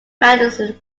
madison